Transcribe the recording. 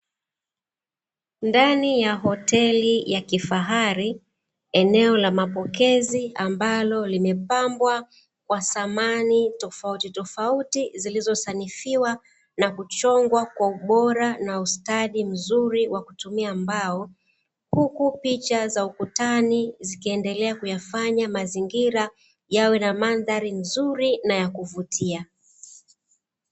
Ndani ya hoteli ya kifahari, eneo la mapokezi ambalo limepambwa kwa samani tofauti tofauti zilizosanifiwa na kuchongwa kwa ubora na ustadi mzuri wa kutumia mbao, huku picha za ukutani, zikiendelea kuyafanya mazingira yawe na mandhari nzuri na ya kuvutia.